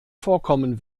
vorkommen